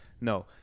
No